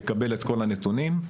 יקבל את כל הנתונים.